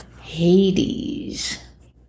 Hades